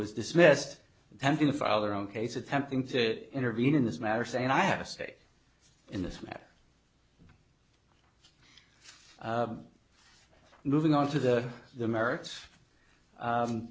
was dismissed attempting to file their own case attempting to intervene in this matter saying i have a stake in this matter moving on to the the merits